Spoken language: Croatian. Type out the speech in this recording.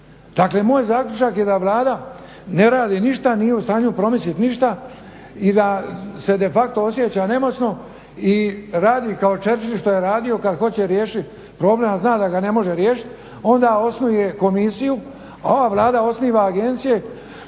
Dakle, moj zaključak je da Vlada ne radi ništa, nije u stanju promislit ništa i da se de facto osjeća nemoćno i radi kao … što je radio, kad hoće riješit problem a zna da ga ne može riješit onda osnuje komisiju. Ova Vlada osniva agencije